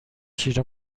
شیر